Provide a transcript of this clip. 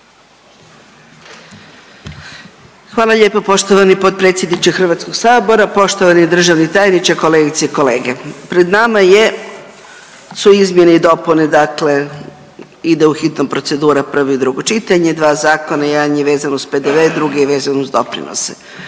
Hvala lijepo poštovani potpredsjedniče Hrvatskog sabora. Poštovani državni tajniče, kolegice i kolege, pred nama je, su izmjene i dopune dakle ide u hitnom procedura, prvo i drugo čitanje dva zakona, jedan je vezan uz PDV, drugi je vezan uz doprinose.